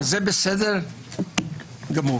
זה בסדר גמור.